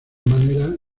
maneras